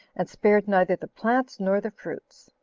and spared neither the plants nor the fruits.